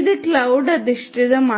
ഇത് ക്ലൌഡ് അധിഷ്ഠിതമാണ്